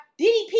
DDP